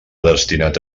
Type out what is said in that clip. destinat